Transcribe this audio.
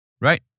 right